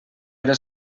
era